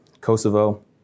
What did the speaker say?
Kosovo